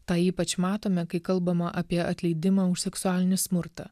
tą ypač matome kai kalbama apie atleidimą už seksualinį smurtą